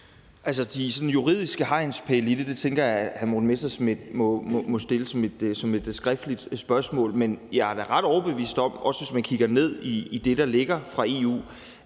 Altså, de sådan juridiske hegnspæle i det tænker jeg at hr. Morten Messerschmidt må stille et skriftligt spørgsmål om. Men jeg er da ret overbevist om – også hvis man kigger i det, der ligger fra EU